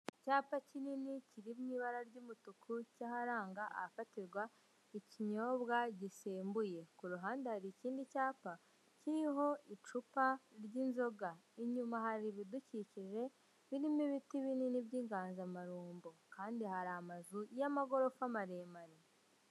Icyapa kinini kiri mu ibara ry'umutuku cy'aharanga ahafatirwa ikinyobwa gisembuye, ku ruhande hari ikindi cyapa kiriho icupa ry'inzoga, inyuma hari ibidukikije birimo ibiti binini by'inganzamarumbo kandi hari amazu y'amagorofa maremare.